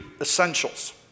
essentials